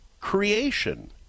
creation